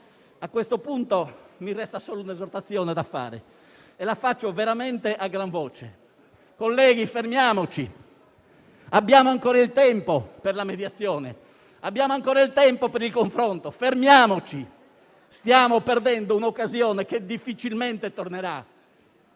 A questo punto, mi resta solo un'esortazione da fare veramente a gran voce: colleghi, fermiamoci. Abbiamo ancora il tempo per la mediazione; abbiamo ancora il tempo per il confronto. Fermiamoci! Stiamo perdendo un'occasione che difficilmente tornerà.